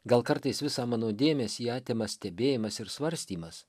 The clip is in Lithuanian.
gal kartais visą mano dėmesį atima stebėjimas ir svarstymas